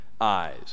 eyes